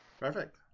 perfect